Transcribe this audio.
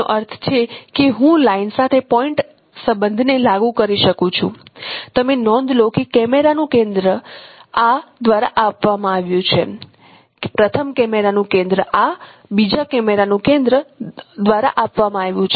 જેનો અર્થ છે કે હું લાઇન સાથે પોઇન્ટ સંબંધને લાગુ કરી શકું છું તમે નોંધ લો કે કેમેરાનું આ કેન્દ્ર આ દ્વારા આપવામાં આવ્યું છે પ્રથમ કેમેરાનું કેન્દ્ર આ બીજા કેમેરાનું કેન્દ્ર દ્વારા આપવામાં આવ્યું છે